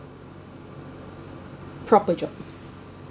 proper job